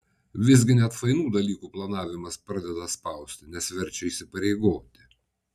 visgi net fainų dalykų planavimas pradeda spausti nes verčia įsipareigoti